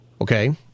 Okay